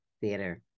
theater